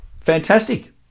Fantastic